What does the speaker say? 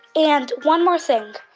and one more thing.